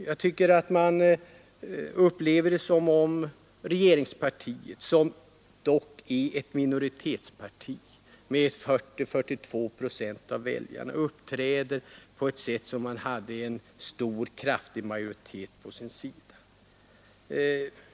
Jag tycker att man upplever det som om regeringspartiet, som dock är ett minoritetsparti med 40—42 procent av väljarna, uppträder som ett parti med en kraftig majoritet på sin sida.